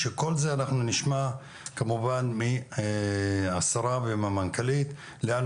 שכל זה אנחנו נשמע כמובן מהשרה ומהמנכ"לית לאן